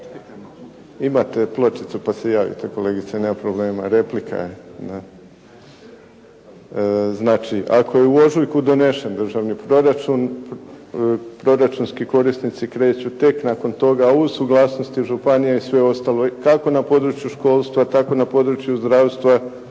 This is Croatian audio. Imate pločicu pa se javite kolegice, nema problema. Replika je. Da. Znači, ako je u ožujku donesen državni proračun, proračunski korisnici kreću tek nakon toga u suglasnosti županija i sve ostalo kako na području školstva tako na području zdravstva,